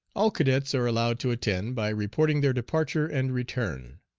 all cadets are allowed to attend by reporting their departure and return.